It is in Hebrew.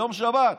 ביום שבת,